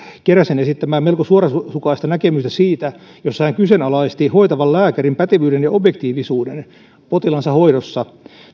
keräsen esittämää melko suorasukaista näkemystä jossa hän kyseenalaisti hoitavan lääkärin pätevyyden ja objektiivisuuden potilaansa hoidossa